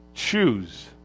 Choose